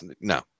No